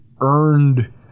earned